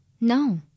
No